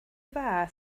dda